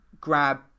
grab